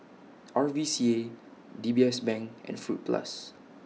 R V C A D B S Bank and Fruit Plus